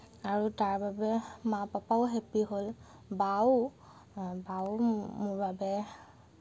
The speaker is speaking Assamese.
আৰু তাৰ বাবে মা পাপাও হেপ্পী হ'ল বাও বাও মোৰ বাবে